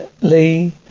Lee